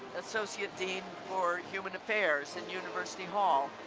associate dean for human affairs in university hall,